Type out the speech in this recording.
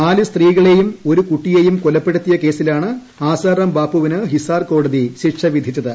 നാല് സ്ത്രീകളെയും ഒരു കുട്ടിയെയും കൊലപ്പെടുത്തിയ കേസിലാണ് ആസാറാം ബാപ്പൂവിന് ഹിസാർ കോടതി ശിക്ഷ വിധിച്ചത്